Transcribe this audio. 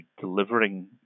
delivering